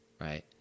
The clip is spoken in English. right